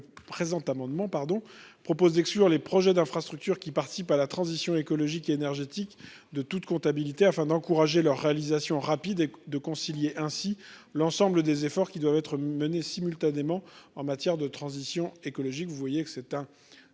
le présent amendement pardon propose d'exclure les projets d'infrastructure qui participe à la transition écologique et énergétique de toute comptabilité afin d'encourager leur réalisation rapide de concilier ainsi l'ensemble des efforts qui doivent être menées simultanément en matière de transition écologique.